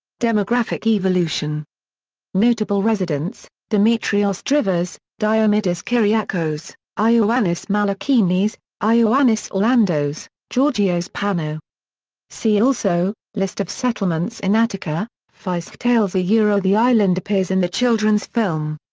demographic evolution notable residents dimitrios drivas diomidis kyriakos ioannis malokinis ioannis orlandos georgios panou see also list of settlements in attica fishtales ah the island appears in the children's film.